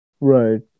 right